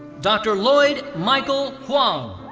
dr. lloyd michael huang.